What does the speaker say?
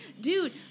dude